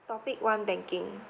topic one banking